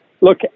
Look